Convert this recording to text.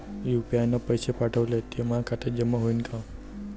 UPI न पैसे पाठवले, ते माया खात्यात जमा होईन का?